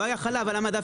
לא היה חלב על המדפים.